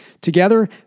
Together